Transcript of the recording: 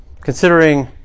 Considering